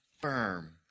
firm